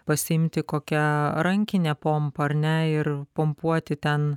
pasiimti kokią rankinę pompą ar ne ir pumpuoti ten